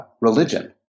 religion